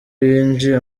yinjiye